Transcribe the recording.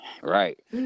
right